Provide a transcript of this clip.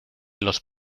los